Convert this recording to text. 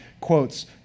quotes